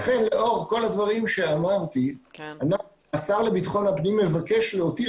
לכן לאור כל הדברים שאמרתי השר לבטחון הפנים מבקש להותיר